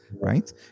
Right